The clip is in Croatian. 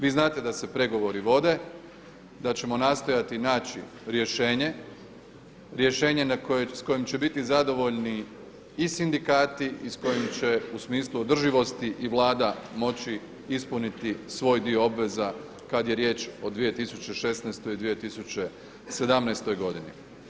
Vi znate da se pregovori vode, da ćemo nastojati naći rješenje, rješenje sa kojim će biti zadovoljni i sindikati i s kojim će u smislu održivosti i Vlada moći ispuniti svoj dio obveza kad je riječ o 2016. i 2017. godini.